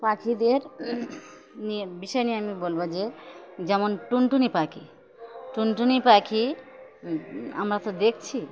পাখিদের নিয়ে বিষয় নিয়ে আমি বলবো যে যেমন টুনটুনি পাখি টুনটুনি পাখি আমরা তো দেখছি